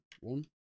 one